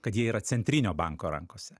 kad jie yra centrinio banko rankose